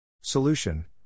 Solution